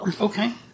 Okay